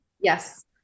Yes